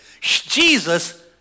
Jesus